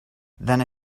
then